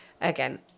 again